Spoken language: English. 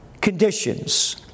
conditions